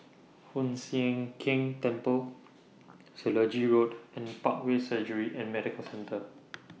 Hoon Sian Keng Temple Selegie Road and Parkway Surgery and Medical Centre